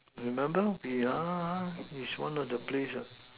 remember yeah yeah it's one of the place ah